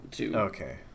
okay